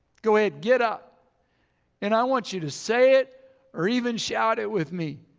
go ahead, get up and i want you to say it or even shout it with me.